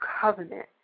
covenant